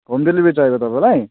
home delivery चाहिएको तपाईँलाई